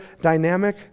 dynamic